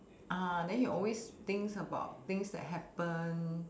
uh then he always thinks about things that happen